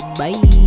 bye